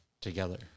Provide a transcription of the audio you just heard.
together